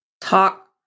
Talk